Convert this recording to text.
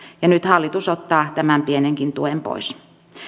ja nyt hallitus ottaa tämän pienenkin tuen pois